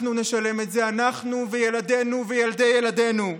אנחנו נשלם את זה, אנחנו וילדינו וילדי ילדינו.